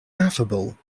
affable